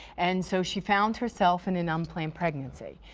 and so she found herself in an unplanned pregnancy.